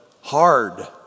hard